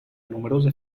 numerose